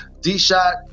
D-Shot